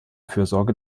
fürsorge